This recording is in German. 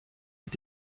mit